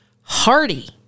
hearty